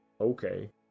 Okay